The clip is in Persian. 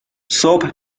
صبح